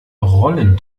rollen